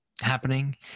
happening